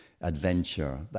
adventure